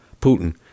Putin